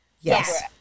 yes